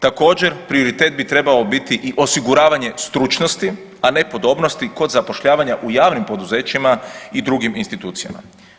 Također prioritet bi trebao biti i osiguravanje stručnosti, a ne podobnosti kod zapošljavanja u javnim poduzećima i drugim institucijama.